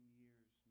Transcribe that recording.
years